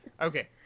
Okay